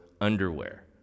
underwear